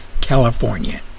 California